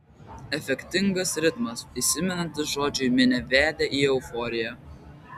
efektingas ritmas įsimenantys žodžiai minią vedė į euforiją